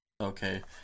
Okay